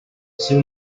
soon